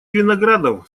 виноградов